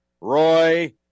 Roy